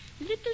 Little